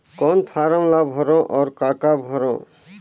कौन फारम ला भरो और काका भरो?